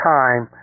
time